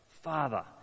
Father